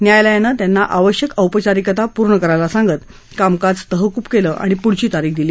न्यायालयानं त्यांना आवश्यक औपचारिकता पूर्ण करायला सांगत कामकाज तहकूब केलं आणि पुढची तारीख दिली